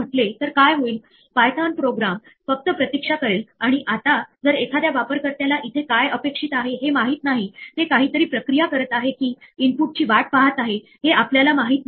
म्हणून जसे आपण बघितले की जेव्हा आपल्याला त्रुटी उद्भवतात आणि आपण एखादी त्रुटी पकडण्यासाठी इंटरप्रीटर चा वापर करतो पण त्या मार्गाने त्रुटी पकडल्या जात नाही तर प्रत्यक्षात आपण तो प्रोग्राम संपवतो आणि बाहेर पडतो